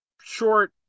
short